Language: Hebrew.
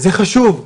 זה חשוב.